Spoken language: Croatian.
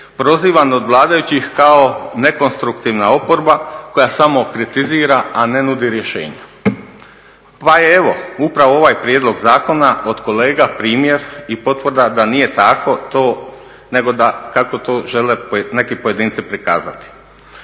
prozivan od vladajućih kao nekonstruktivna oporba koja samo kritizira a ne nudi rješenja. Pa je evo upravo ovaj prijedlog zakona od kolega primjer i potvrda da nije tako to nego da kako to žele neki pojedinci prikazati.